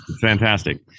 fantastic